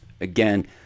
Again